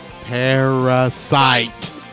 Parasite